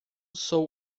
sou